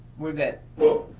we're good. well,